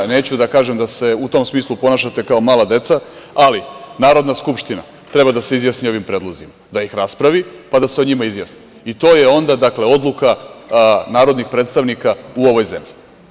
Neću da kažem da se u tom smislu ponašate kao mala deca, ali Narodna skupština treba da se izjasni o ovom predlozima, da ih raspravi, pa da se o njima izjasni i to je onda odluka narodnih predstavnika u ovoj zemlji.